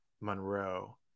Monroe